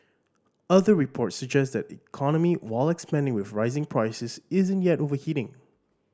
other reports suggest the economy while expanding with rising prices isn't yet overheating